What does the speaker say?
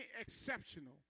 exceptional